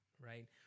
right